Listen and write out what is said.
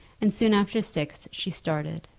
and soon after six she started.